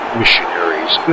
missionaries